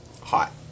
Hot